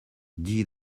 dis